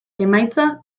emaitza